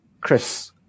Chris